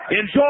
Enjoy